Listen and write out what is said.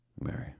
Mary